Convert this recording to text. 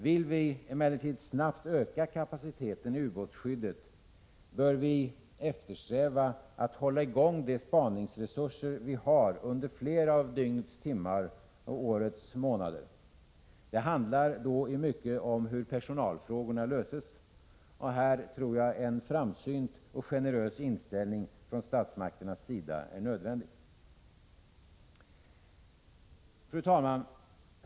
Vill vi emellertid snabbt öka kapaciteten i ubåtsskyddet, bör vi eftersträva att hålla i gång de spaningsresurser vi har under fler av dygnets timmar och årets månader. Det handlar i mycket om hur personalfrågorna löses. Här tror jag att en framsynt och generös inställning från statsmaktens sida är nödvändig. Fru talman!